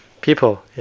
people